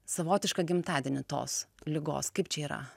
savotišką gimtadienį tos ligos kaip čia yra